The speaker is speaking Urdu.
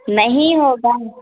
نہیں ہوگا